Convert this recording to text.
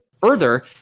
further